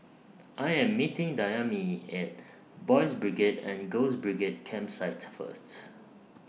I Am meeting Dayami At Boys' Brigade and Girls' Brigade Campsite First